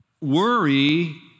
worry